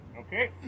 Okay